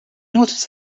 noticed